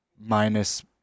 Minus